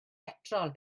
betrol